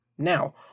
Now